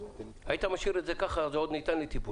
היית משאיר את זה ככה, זה עוד ניתן לטיפול.